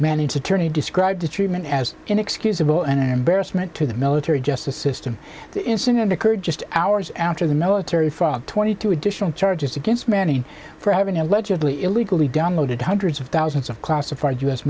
mandates attorney described the treatment as inexcusable and embarrassment to the military justice system the incident occurred just hours after the military for twenty two additional charges against manning for having allegedly illegally downloaded hundreds of thousands of classified u